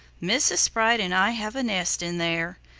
mrs. sprite and i have a nest in there.